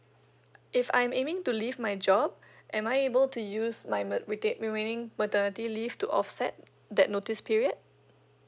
if I'm aiming to leave my job am I able to use my mater~ remaining maternity leave to offset that notice period